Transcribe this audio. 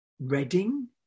Reading